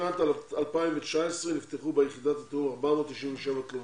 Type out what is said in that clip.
בשנת 2019 נפתחו ביחידת התיאום 497 תלונות.